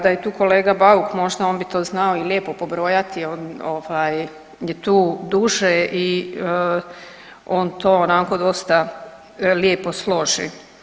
Da je tu kolega Bauk možda on bi to znao i lijepo pobrojati, on ovaj je tu duže i on to onako dosta lijepo složi.